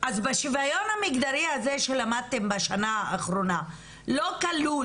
אז בשוויון המגדרי הזה שלמדתם בשנה האחרונה לא כלול